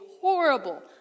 horrible